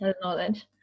knowledge